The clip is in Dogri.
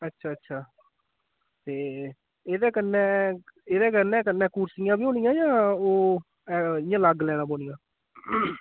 अच्छा अच्छा ते एह्दे कन्नै एह्दे कन्नै कन्नै कुर्सियां बी होनियां जां ओह् इयां अलग लैनियां पौनियां